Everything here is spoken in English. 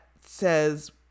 says